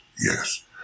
Yes